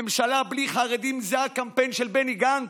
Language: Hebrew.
ממשלה בלי חרדים זה הקמפיין של בני גנץ?